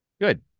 Good